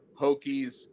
Hokies